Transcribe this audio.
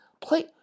Play